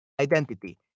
Identity